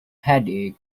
headache